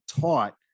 taught